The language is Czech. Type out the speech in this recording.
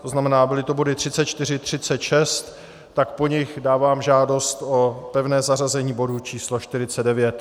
To znamená, byly to body 34, 36, tak po nich dávám žádost o pevné zařazení bodu číslo 49.